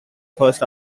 first